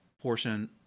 portion